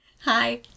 Hi